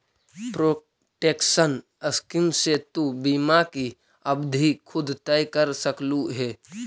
protection scheme से तु बीमा की अवधि खुद तय कर सकलू हे